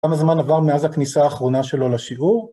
כמה זמן עבר מאז הכניסה האחרונה שלו לשיעור?